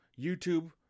YouTube